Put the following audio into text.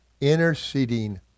interceding